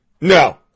No